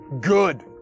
good